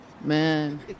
man